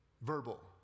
Verbal